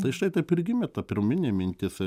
tai štai taip ir gimė ta pirminė mintis